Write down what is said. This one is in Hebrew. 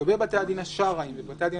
לגבי בתי הדין השרעיים ובתי הדין